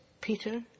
Peter